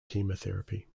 chemotherapy